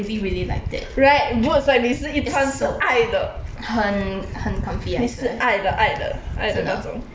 it's so 很很 comfy I swear 真的